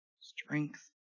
Strength